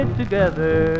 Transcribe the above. together